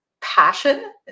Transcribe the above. passion